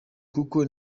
kuko